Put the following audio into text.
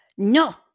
No